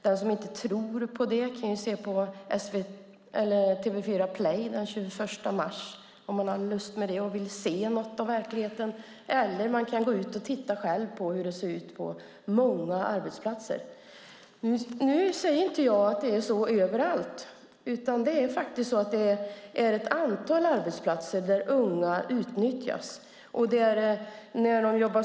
Den som inte tror på det kan se på TV4 Play från den 21 mars, om man har lust med det och vill se något av verkligen. Annars kan man själv gå ut och se hur det ser ut på många arbetsplatser. Nu säger jag inte att det är så överallt, utan det är ett antal arbetsplatser där unga utnyttjas.